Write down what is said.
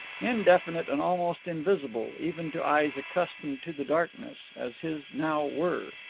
indefinite and almost invisible, even to eyes accustomed to the darkness, as his now were.